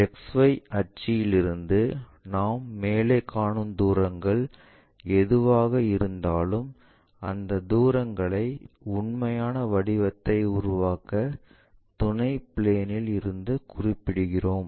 XY அச்சில் இருந்து நாம் மேலே காணும் தூரங்கள் எதுவாக இருந்தாலும் அந்த தூரங்களை உண்மையான வடிவத்தை உருவாக்க துணை பிளேன் இல் இருந்து குறிப்பிடுகிறோம்